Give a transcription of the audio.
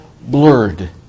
blurred